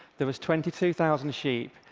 there were twenty two thousand sheep,